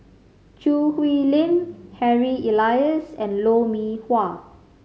Choo Hwee Lim Harry Elias and Lou Mee Wah